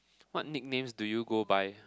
what nicknames do you go by